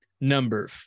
Number